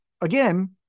again